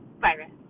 virus